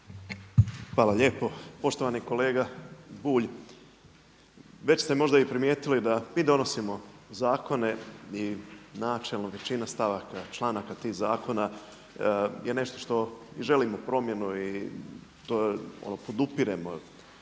Hvala lijepo. Poštovani kolega Bulj, već ste možda i primijetili da mi donosimo zakone i načelno većina stavaka članaka tih zakona je nešto što i želimo promjenu i to podupiremo.